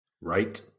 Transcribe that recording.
Right